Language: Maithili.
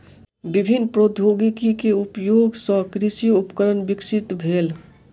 विभिन्न प्रौद्योगिकी के उपयोग सॅ कृषि उपकरण विकसित भेल